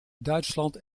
duitsland